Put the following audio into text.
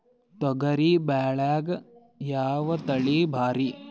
ತೊಗರಿ ಬ್ಯಾಳ್ಯಾಗ ಯಾವ ತಳಿ ಭಾರಿ?